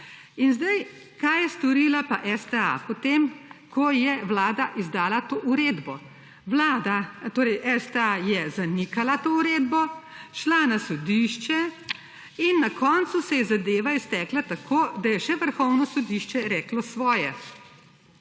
In zdaj, kaj je storila pa STA, potem, ko je Vlada izdala to uredbo? Vlada, torej STA, je zanikala to uredbo, šla na sodišče in koncu se je zadeva iztekla tako, da je še Vrhovno sodišče reklo svoje